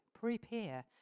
prepare